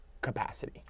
capacity